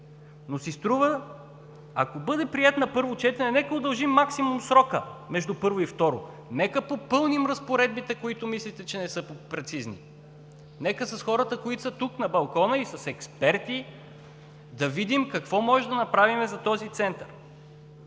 Но си струва, ако бъде приет на първо четене, нека удължим максимум срока между първо и второ четене, нека попълним разпоредбите, които мислите, че не са прецизни, нека с хората, които са тук на балкона и с експерти, да видим какво можем да направим за този Център.